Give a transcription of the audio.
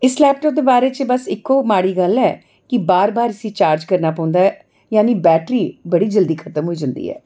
इस लाइटर दे बारे च बस इक्को माड़ी गल्ल ऐ कि बार बार इसी चार्ज करना पौंदा ऐ जानी बैटरी बड़ी जल्दी खत्म होई जंदी ऐ